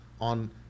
on